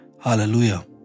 Hallelujah